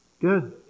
Good